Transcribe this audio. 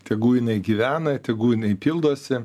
tegu jinai gyvena tegu jinai pildosi